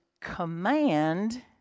command